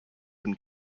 been